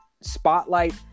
spotlight